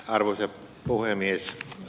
arvoisa puhemies